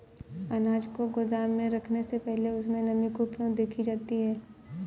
अनाज को गोदाम में रखने से पहले उसमें नमी को क्यो देखी जाती है?